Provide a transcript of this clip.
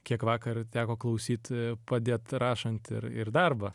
kiek vakar teko klausyt padėt rašant ir ir darbą